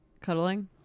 cuddling